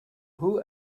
who